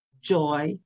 joy